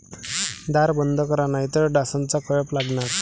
दार बंद करा नाहीतर डासांचा कळप लागणार